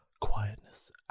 quietness